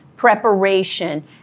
Preparation